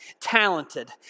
talented